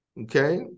Okay